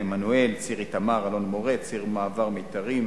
עמנואל, ציר איתמר, אלון-מורה, ציר מעבר-מיתר,